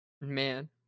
Man